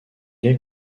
est